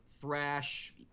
thrash